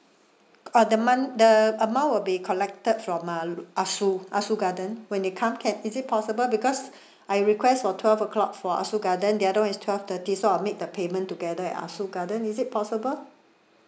uh the mon~ the amount will be collected from uh ah soo ah soo garden when they come can is it possible because I request for twelve o'clock for ah soo garden the other one is twelve thirty so I'll make the payment together at ah soo garden is it possible